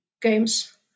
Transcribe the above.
games